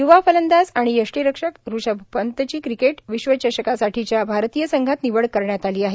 य्वा फलंदाज आणि यष्टीरक्षक ऋषभ पंतची क्रिकेट विश्वचषकासाठीच्या भारतीय संघात निवड करण्यात आली आहे